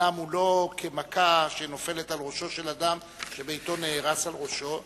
אומנם הוא לא כמכה שנופלת על ראשו של אדם שביתו נהרס על ראשו,